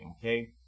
okay